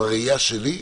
בראייה שלי,